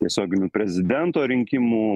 tiesioginių prezidento rinkimų